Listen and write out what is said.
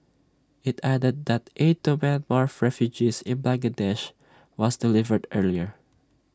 IT added that aid to Myanmar refugees in Bangladesh was delivered earlier